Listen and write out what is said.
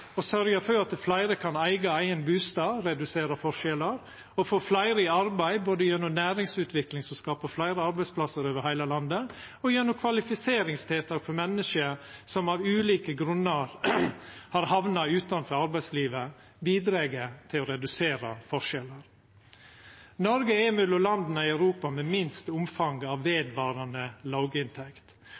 å sørgja for at fleire kan eiga sin eigen bustad, reduserer forskjellar, og å få fleire i arbeid, både gjennom næringsutvikling som skapar fleire arbeidsplassar over heile landet, og gjennom kvalifiseringstiltak for menneske som av ulike grunnar har hamna utanfor arbeidslivet, bidreg til å redusera forskjellar. Noreg er mellom dei landa i Europa med minst omfang av vedvarande låginntekt